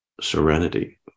serenity